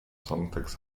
songtext